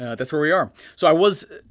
yeah that's where we are. so i was,